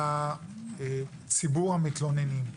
לציבור המתלוננים.